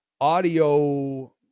audio